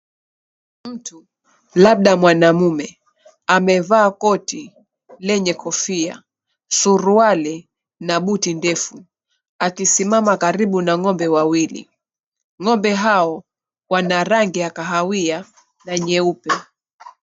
Mtu labda mwanaume amevaa koti lenye kofia suruali na buti ndefu akisimama karibu na ngombe wawili. Ngombe hao wana rangi ya kahawia na nyeupe.